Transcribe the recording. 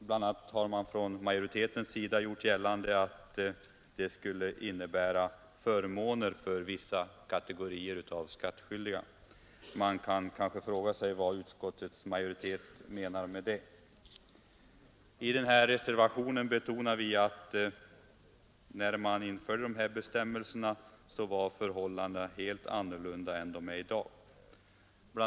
Bl.a. har majoriteten gjort gällande att det skulle innebära förmåner för vissa kategorier av skattskyldiga. Man kan kanske fråga sig vad utskottets majoritet menar med det. I reservationen betonar vi att när man införde bestämmelserna var förhållandena helt annorlunda än de är i dag. Bl.